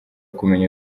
kumenya